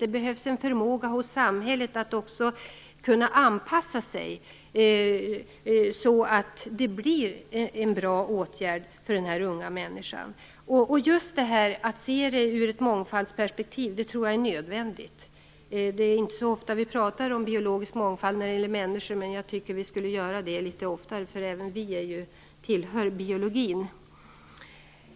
Det behövs en förmåga hos samhället att anpassa sig, så att det blir en bra åtgärd för den unga människan. Just att se det ur ett mångfaldsperspektiv tror jag är nödvändigt. Det är inte så ofta vi pratar om biologisk mångfald när det gäller människor. Jag tycker att vi skulle göra det litet oftare. Även vi tillhör ju